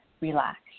relax